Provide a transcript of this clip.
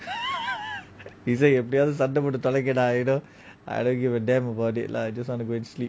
எப்பிடியாவுது சண்டை போடு தொலைங்கடா:epidiyaavuthu sanda potu tholaingada I don't give a damn about it lah just want to go and sleep